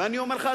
ואני אומר לך,